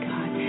God